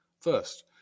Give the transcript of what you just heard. First